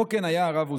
לא כן היה הרב עוזיאל.